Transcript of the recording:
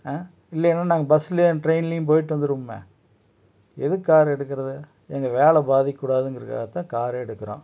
இல்லைனா நா நாங்கள் பஸ்லையும் ட்ரெயின்லையும் போயிட்டு வந்துடுவோமே எதுக்கு காரு எடுக்கிறது எங்கள் வேலை பாதிக்க கூடாதுனுங்கிறதுக்காகதான் காரே எடுக்கிறோம்